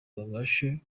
babashe